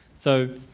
so,